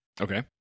Okay